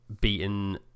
beaten